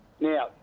Now